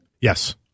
Yes